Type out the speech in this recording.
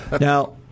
Now